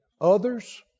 Others